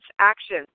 action